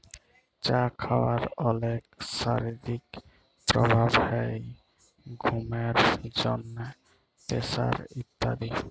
চা খাওয়ার অলেক শারীরিক প্রভাব হ্যয় ঘুমের জন্হে, প্রেসার ইত্যাদি